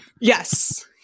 Yes